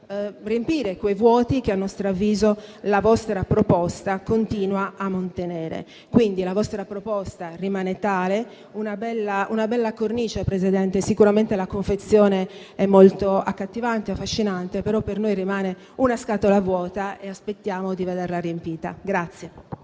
riempire quei vuoti che, a nostro avviso, la vostra proposta continua a mantenere. La vostra proposta rimane, dunque, tale: una bella cornice; sicuramente la confezione è molto accattivante e affascinante, però per noi rimane una scatola vuota e aspettiamo di vederla riempita.